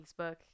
Facebook